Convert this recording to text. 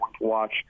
watch